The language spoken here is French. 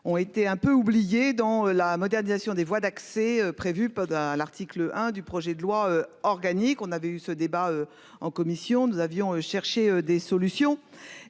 Ont été un peu oubliée dans la modernisation des voies d'accès prévu à l'article 1 du projet de loi organique. On avait eu ce débat en commission, nous avions cherché des solutions